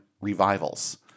revivals